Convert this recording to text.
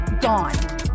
gone